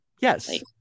Yes